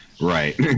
Right